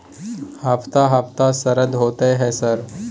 हफ्ता हफ्ता शरदा होतय है सर?